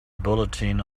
bulletin